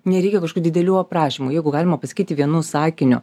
nereikia kažkokių didelių aprašymų jeigu galima pasakyti vienu sakiniu